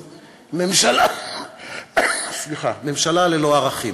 ממשלה חסרת חזון, ממשלה ללא ערכים.